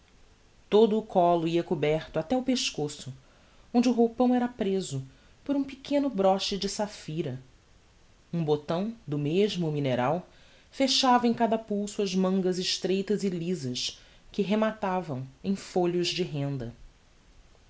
todo o collo ia coberto até o pescoço onde o roupão era preso por um pequeno broche de saphira um botão do mesmo mineral fechava em cada pulso as mangas estreitas e lisas que rematavam em folhos de renda